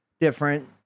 different